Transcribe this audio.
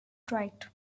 right